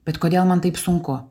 bet kodėl man taip sunku